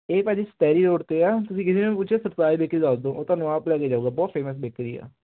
ਇਹ ਭਾਅ ਜੀ ਸਟੈਰੀ ਰੋਡ ਤੇ ਆ ਤੁਸੀਂ ਕਿਸੇ ਨੂੰ ਪੁੱਛਿਓ ਸਰਤਾਜ ਬੇਰੀ ਦੱਸ ਦੋ ਉਹ ਥੋਨੂੰ ਆਪ ਲੈ ਕੇ ਜਾਊਗਾ ਬਹੁਤ ਫੇਮਸ ਬੇਕਰੀ ਆ